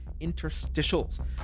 interstitials